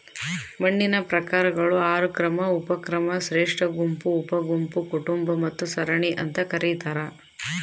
ಮಣ್ಣಿನ ಪ್ರಕಾರಗಳು ಆರು ಕ್ರಮ ಉಪಕ್ರಮ ಶ್ರೇಷ್ಠಗುಂಪು ಉಪಗುಂಪು ಕುಟುಂಬ ಮತ್ತು ಸರಣಿ ಅಂತ ಕರೀತಾರ